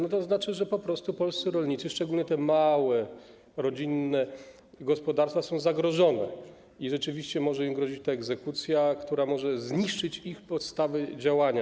To oznacza, że po prostu polscy rolnicy, szczególnie te małe, rodzinne gospodarstwa, są zagrożeni i rzeczywiście może im grozić ta egzekucja, która może zniszczyć podstawy ich działania.